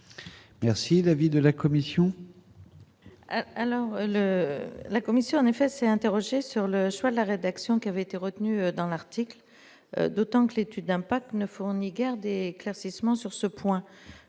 Merci l'avis de la commission.